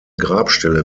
grabstelle